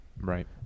Right